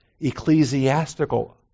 Ecclesiastical